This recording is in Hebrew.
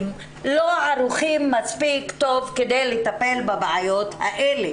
לא ערוכים מספיק טוב כדי לטפל בבעיות האלה,